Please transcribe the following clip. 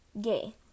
gay